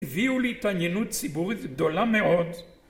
הביאו להתעניינות ציבורית גדולה מאוד.